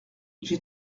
j’ai